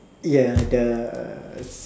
ya the